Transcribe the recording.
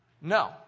No